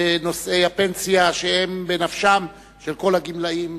ונושאי הפנסיה, שהם בנפשם של כל הגמלאים,